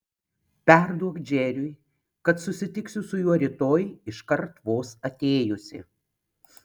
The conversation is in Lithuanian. perduok džeriui kad susitiksiu su juo rytoj iškart vos atėjusi